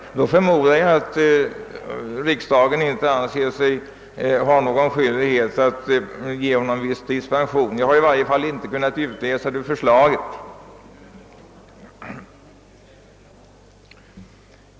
Jag förmodar att riksdagen i detta fall inte alls anser sig ha någon skyldighet att ge honom visstidspension. I varje fall har jag inte kunnat utläsa det ur förslaget.